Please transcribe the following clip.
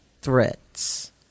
threats